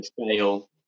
scale